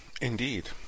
Indeed